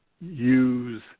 use